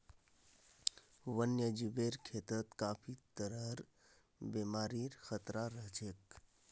वन्यजीवेर खेतत काफी तरहर बीमारिर खतरा रह छेक